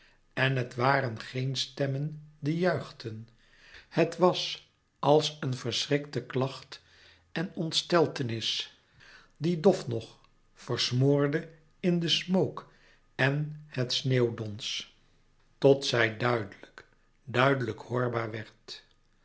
en het waren geen stemmen die juichten het was als een verschrikte klacht en ontsteltenis die dof nog versmoorde in den smook en het sneeuwdons tot zij duidelijk duidelijk hoorbaar werd